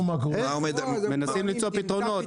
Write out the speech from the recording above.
מנסים למצוא פתרונות.